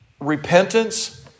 repentance